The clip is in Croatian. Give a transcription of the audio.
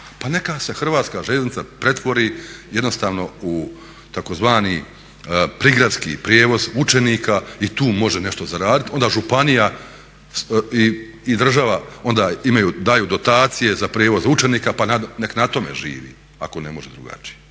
Pa neka se Hrvatska željeznica pretvori jednostavno u tzv. prigradski prijevoz učenika i tu može nešto zaraditi, onda županija i država onda daju dotacije za prijevoz učenika pa nek na tome živi ako ne može drugačije.